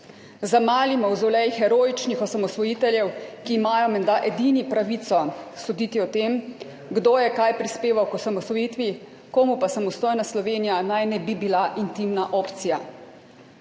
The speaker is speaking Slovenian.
Za mali mavzolej heroičnih osamosvojiteljev, ki imajo menda edini pravico soditi o tem, kdo je kaj prispeval k osamosvojitvi, komu pa samostojna Slovenija naj ne bi bila intimna opcija